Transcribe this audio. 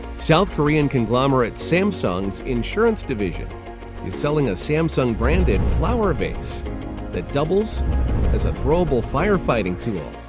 south korean conglomerate samsung's insurance division is selling a samsung branded flower vase that doubles as a throwable fire fighting tool.